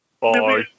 Bye